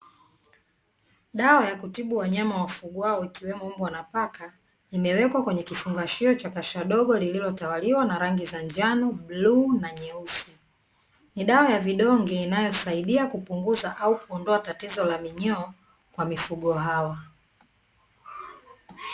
Dawa ya kutibu wagonjwa ya wanyama wafugwao wakiwemo mbwa na paka, imewekewa kwenye kifungashio cha kasha dogo kilicho tawaliwa na rangi ya njano, bluu na nyeusi na dawa ya vidonge inayosaidia tatizo la minyoo.